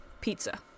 pizza